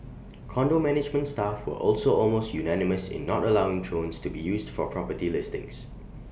condo management staff also almost unanimous in not allowing drones to be used for property listings